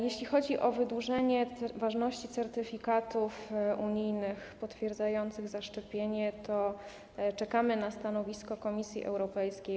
Jeśli chodzi o wydłużenie ważności certyfikatów unijnych potwierdzających zaszczepienie, to czekamy na stanowisko Komisji Europejskiej.